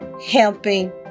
Helping